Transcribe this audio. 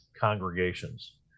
congregations